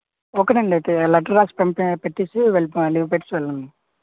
ఓకేనండి అయితే లెటర్ రాసి పంపి పెట్టేసి వెళ్ళిపోండి లీవ్ పెట్టేసి వెళ్ళండి